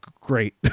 great